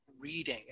reading